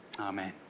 Amen